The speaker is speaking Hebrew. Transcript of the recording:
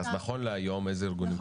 אז נכון להיום איזה ארגונים קיבלו אישור?